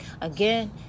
Again